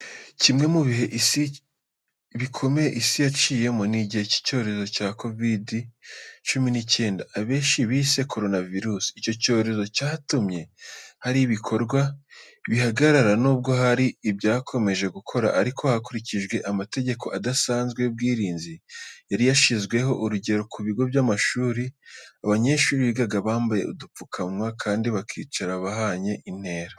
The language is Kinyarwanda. Kimwe mu bihe bikomeye isi yaciyemo n'igihe cy'icyorezo cya "Covid cumi n'icyenda", abenshi bise "koronavirusi". Icyo cyorezo cyatumye hari ibikorwa bihagarara, nubwo hari ibyakomeje gukora ariko hakurikijwe amategeko adasanzwe y'ubwirinzi yari yashyizweho. Urugero, ku bigo by'amashuri, abanyeshuri bigaga bambaye udupfukamunwa kandi bakicara bahanye intera.